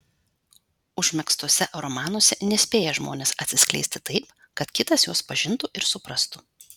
užmegztuose romanuose nespėja žmonės atsiskleisti taip kad kitas juos pažintų ir suprastų